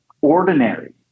ordinary